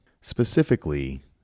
specifically